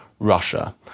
Russia